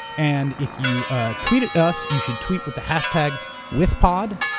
and if you ah tweet at us, you should tweet with the hashtag withpod.